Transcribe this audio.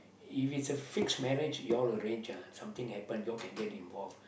if it's a fixed marriage you all arrange ah something happened you all can get involved